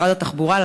משרד התחבורה,